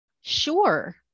Sure